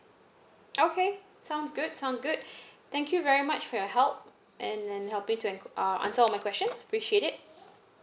okay sounds good sounds good thank you very much for your help and and helping to an~ uh answer of my question appreciate it